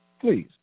Please